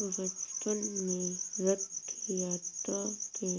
बचपन में रथ यात्रा के